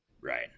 Right